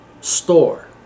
store